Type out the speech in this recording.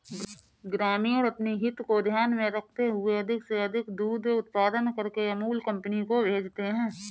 ग्रामीण अपनी हित को ध्यान में रखते हुए अधिक से अधिक दूध उत्पादन करके अमूल कंपनी को भेजते हैं